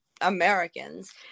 Americans